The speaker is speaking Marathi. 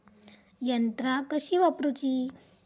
यंत्रा कशी वापरूची?